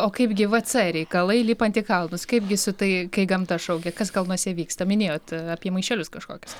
o kaip gi vc reikalai lipant į kalnus kaipgi su tai kai gamta šaukia kas kalnuose vyksta minėjot apie maišelius kažkokius